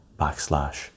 backslash